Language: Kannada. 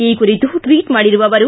ಈ ಕುರಿತು ಟ್ಟಿಚ್ ಮಾಡಿರುವ ಅವರು